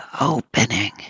opening